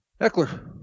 Eckler